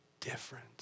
different